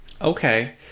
Okay